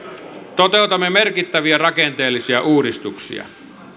toteutamme merkittäviä rakenteellisia uudistuksia